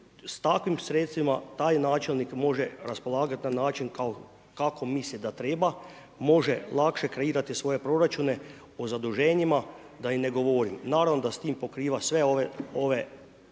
s takvim sredstvima, taj načelnik može raspolagati na način, kako misli da treba, može lakše kreirati svoje proračune o zaduženjima da i ne govorim. Naravno da s njim pokriva sve ove